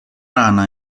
rana